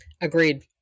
Agreed